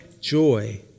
joy